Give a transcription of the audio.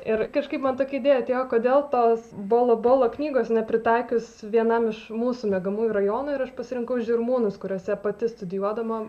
ir kažkaip man tokia idėja atėjo kodėl tos bolo bolo knygos nepritaikius vienam iš mūsų miegamųjų rajonų ir aš pasirinkau žirmūnus kuriuose pati studijuodama